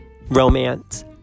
romance